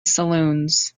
saloons